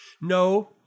No